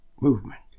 movement